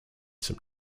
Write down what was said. some